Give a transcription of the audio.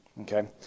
Okay